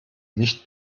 nicht